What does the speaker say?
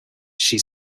she